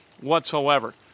whatsoever